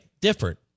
different